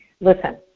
listen